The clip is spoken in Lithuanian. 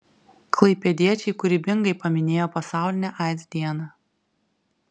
klaipėdiečiai kūrybingai paminėjo pasaulinę aids dieną